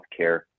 healthcare